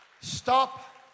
Stop